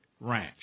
Ranch